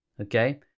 okay